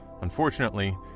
Unfortunately